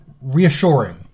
reassuring